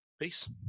peace